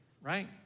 right